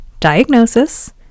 Diagnosis